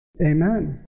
Amen